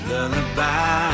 Lullaby